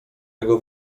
jego